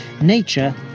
nature